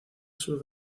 sub